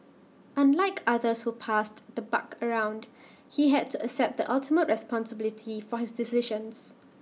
unlike others who passed the buck around he had to accept the ultimate responsibility for his decisions